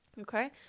okay